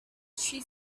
she